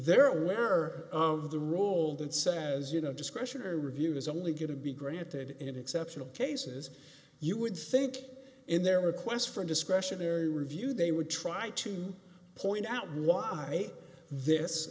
they're aware of the role that says you know discretionary review is only going to be granted in exceptional cases you would think in their request for a discretionary review they would try to point out why this